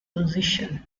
position